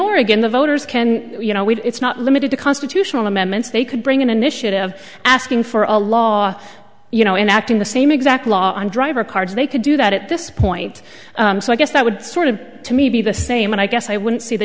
oregon the voters can you know it's not limited to constitutional amendments they could bring an initiative asking for a law you know enacting the same exact law on driver cards they could do that at this point so i guess that would sort of to me be the same and i guess i wouldn't see the